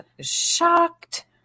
shocked